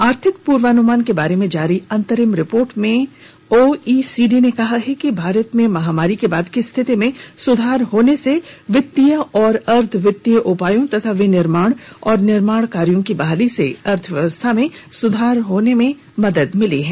आर्थिक पूर्वानुमान के बारे में जारी अंतरिम रिपोर्ट में ओईसीडी ने कहा है कि भारत में महामारी के बाद की स्थिति में सुधार होने से वित्तीय और अर्धवित्तीय उपायों तथा विनिर्माण और निर्माण कार्यो की बहाली से अर्थव्यवस्था में सुधार होने में मदद मिली है